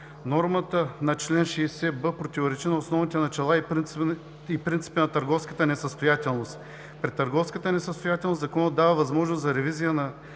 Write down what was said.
Нормата на чл. 60б противоречи на основните начала и принципи на търговската несъстоятелност. При търговската несъстоятелност Законът дава възможност за ревизия на